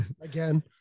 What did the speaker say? again